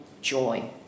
joy